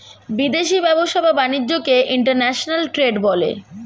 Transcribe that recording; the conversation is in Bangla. বিদেশি ব্যবসা বা বাণিজ্যকে ইন্টারন্যাশনাল ট্রেড বলে